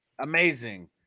amazing